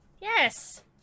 Yes